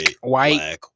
white